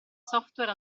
software